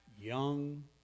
young